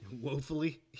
Woefully